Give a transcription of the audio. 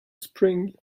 spring